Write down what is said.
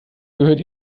gehört